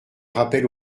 rappel